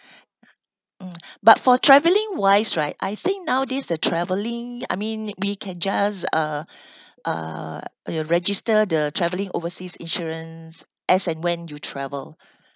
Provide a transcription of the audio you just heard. mm but for traveling wise right I think nowadays the travelling I mean we can just uh uh you register the travelling overseas insurance as and when you travel